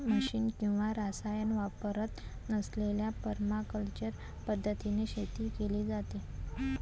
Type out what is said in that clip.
machine किंवा रसायने वापरत नसलेल्या परमाकल्चर पद्धतीने शेती केली जाते